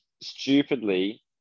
stupidly